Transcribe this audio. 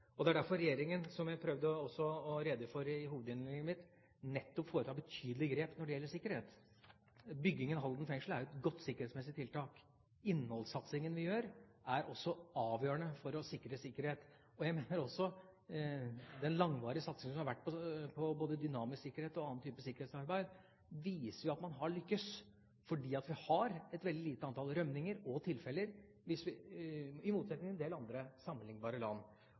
Og det er derfor regjeringa, som jeg også prøvde å redegjøre for i hovedinnlegget mitt, nettopp foretar betydelige grep når det gjelder sikkerhet. Byggingen ved Halden fengsel er et godt sikkerhetsmessig tiltak. Innholdssatsingen vi gjør, er også avgjørende for å sikre sikkerhet, og jeg mener jo også at den langvarige satsingen som har vært både på dynamisk sikkerhet og annen type sikkerhetsarbeid, viser at man har lyktes, fordi vi har et veldig lite antall rømninger og tilfeller, i motsetning til en del andre sammenliknbare land.